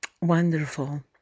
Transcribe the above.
wonderful